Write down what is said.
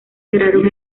cerraron